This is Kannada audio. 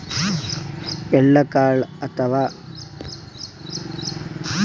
ಎಳ್ಳ ಕಾಳ್ ಅಥವಾ ಬೀಜದ್ದು ಹಿಂಡಿ ಕುಟ್ಟಿ ಪಲ್ಯಗೊಳ್ ದಾಗ್ ಹಾಕ್ತಾರ್